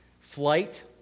Flight